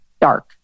dark